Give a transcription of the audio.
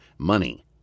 Money